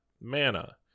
mana